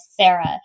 Sarah